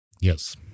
Yes